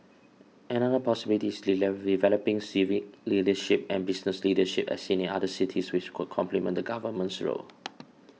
another possibilities develop developing civic leadership and business leadership as seen in other cities which could complement the Government's role